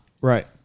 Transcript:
Right